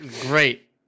great